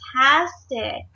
fantastic